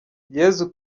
yezu